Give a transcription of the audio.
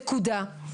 נקודה.